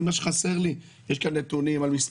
מה שחסר לי יש כאן נתונים ומספרים,